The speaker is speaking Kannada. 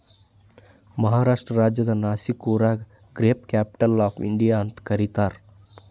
ಮಹಾರಾಷ್ಟ್ರ ರಾಜ್ಯದ್ ನಾಶಿಕ್ ಊರಿಗ ಗ್ರೇಪ್ ಕ್ಯಾಪಿಟಲ್ ಆಫ್ ಇಂಡಿಯಾ ಅಂತ್ ಕರಿತಾರ್